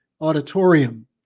auditorium